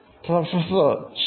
Professor ശരി